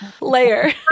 layer